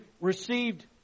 received